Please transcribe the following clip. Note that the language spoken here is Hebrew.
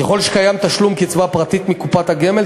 ככל שקיים תשלום קצבה פרטית מקופת הגמל,